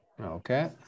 Okay